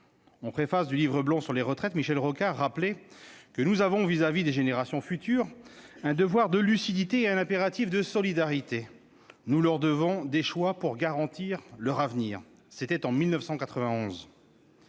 En préface du Livre blanc sur les retraites, Michel Rocard rappelait :« Nous avons [...] vis-à-vis des générations futures un devoir de lucidité et un impératif de solidarité. Nous leur devons des choix pour garantir leur avenir. » C'était en 1991